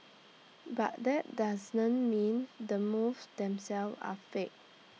but that doesn't mean the moves themselves are fake